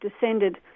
descended